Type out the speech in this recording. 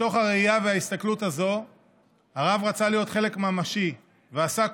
מתוך הראייה וההסתכלות הזו הרב רצה להיות חלק ממשי ועסק